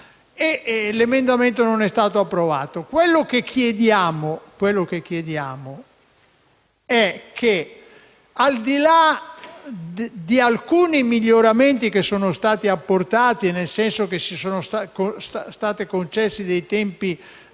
emendamento non è stato approvato. Quello che chiediamo è che, al di là di alcuni miglioramenti che sono stati apportati (sono stati concessi tempi